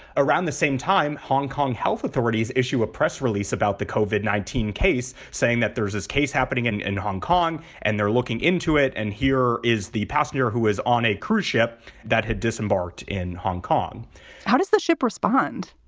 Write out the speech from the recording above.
around the same time, hong kong health authorities issue a press release about the cauvin nineteen case, saying that there's this case happening and in hong kong and they're looking into it. and here is the passenger who is on a cruise ship that had disembarked in hong kong how does the ship respond?